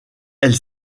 elle